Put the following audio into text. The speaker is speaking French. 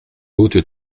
haute